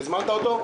הזמנת אותו?